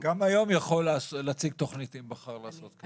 גם היום יכול להציג תוכנית "אם בחר לעשות כן".